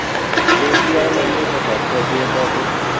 AC ਵਾਲਾ ਲਉਂਗੇ ਤਾਂ ਸੱਤ ਸੌ ਰੁਪਈਆ ਪਰ ਡੇ